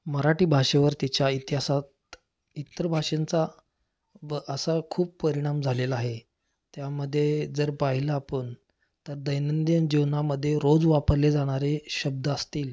मराठी भाषेवर तिच्या इतिहासात इतर भाषांचा ब असा खूप परिणाम झालेला आहे त्यामध्ये जर पाहिलं आपण तर दैनंदिन जीवनामध्ये रोज वापरले जाणारे शब्द असतील